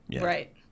Right